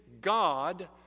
God